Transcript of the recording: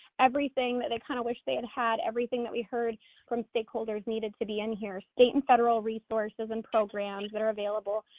everything that they kind of wish they had had, everything that we heard from stakeholders needed to be in here, here, state and federal resources and programs that are available,